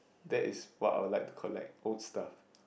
that is what I would like to collect old stuff